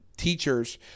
teachers